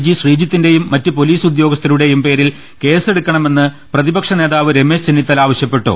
G ശ്രീജിത്തിന്റെയും മറ്റ് police ഉദ്യോ ഗസ്ഥരുടെയും പേരിൽ കേസെടുക്കണമെന്ന് പ്രതിപക്ഷ നേതാവ് രമേശ് ചെന്നിത്തല ആവശ്യപ്പെട്ടു